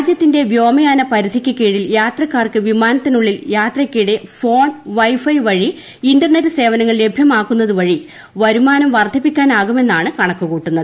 രാജ്യത്തിന്റെ വ്യോമയാനപരിധിക്ക് കീഴിൽ യാത്രക്കാർക്ക് വിമാനത്തിനുള്ളിൽ യാത്രക്കിടെ ഫോൺ വൈ ഫൈ വഴി ഇന്റർനെറ്റ് സേവനങ്ങൾ ലഭ്യമാക്കുന്നതുവഴി വരുമാനം വർദ്ധിപ്പിക്ക്ട്ടാനാകുമെന്നാണ് കണക്ക് കൂട്ടുന്നത്